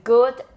Good